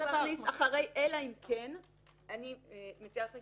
אני מציעה: